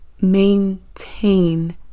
maintain